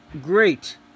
great